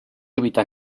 evitar